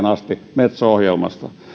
asti metso ohjelmasta